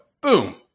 Boom